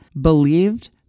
believed